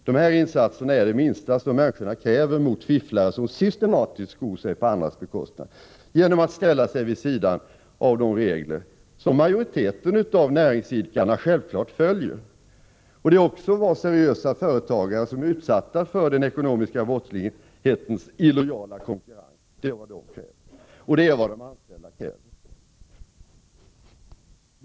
De här insatserna är det minsta som människorna kräver mot fifflare som systematiskt skor sig på andras bekostnad genom att ställa sig vid sidan av de regler som majoriteten av näringsidkarna självklart följer. Det är också vad seriösa företagare, som är utsatta för den ekonomiska brottslighetens illojala konkurrens, kräver. Det är också vad de anställda kräver.